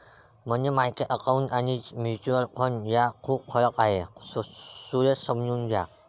मनी market account आणि mutual fund यात खूप फरक आहे, सुरेश समजून घ्या